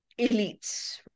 elites